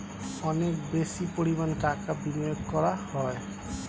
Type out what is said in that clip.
অনেক বেশি পরিমাণ টাকা বিনিয়োগ করা হয়